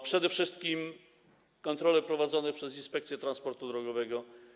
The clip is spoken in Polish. Przede wszystkim kontrole prowadzone przez Inspekcję Transportu Drogowego.